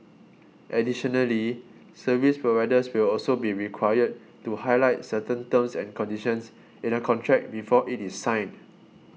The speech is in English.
additionally service providers will also be required to highlight certain terms and conditions in a contract before it is signed